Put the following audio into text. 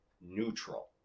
neutral